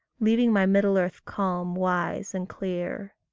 leaving my middle-earth calm, wise, and clear.